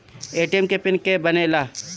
ATM के PIN के के बनेला?